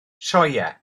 sioeau